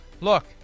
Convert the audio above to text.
Look